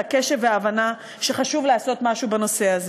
על הקשב וההבנה שחשוב לעשות משהו בנושא זה,